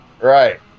Right